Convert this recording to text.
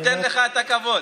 ניתן לך את הכבוד.